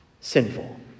sinful